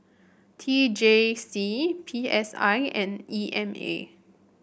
T J C P S I and E M A